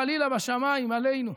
חלילה, הייתה בשמיים עלינו.